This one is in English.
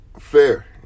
fair